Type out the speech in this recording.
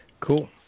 Cool